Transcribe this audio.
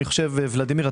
ולדימיר,